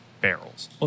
barrels